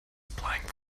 plank